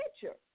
picture